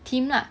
team lah